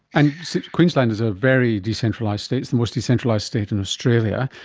and queensland is a very decentralised state, it's the most decentralised state in australia.